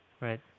Right